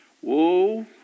whoa